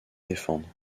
défendre